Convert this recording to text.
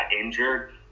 injured